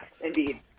indeed